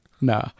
Nah